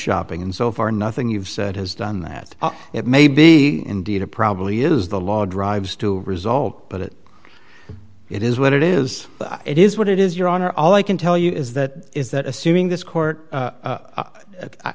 shopping and so far nothing you've said has done that it may be indeed it probably is the law drives to result but it it is what it is it is what it is your honor all i can tell you is that is that assuming this court